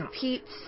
Pete's